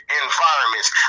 environments